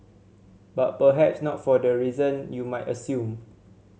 but perhaps not for the reasons you might assume